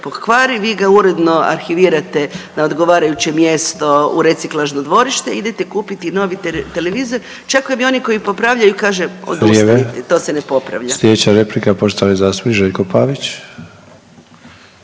vi ga uredno arhivirate na odgovarajuće mjesto u reciklažno dvorište i idete kupiti novi televizor, čak vam i oni koji popravljaju, kažu odustanite, to se ne popravlja. **Sanader, Ante (HDZ)** Vrijeme.